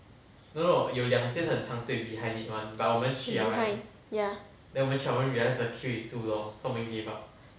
behind ya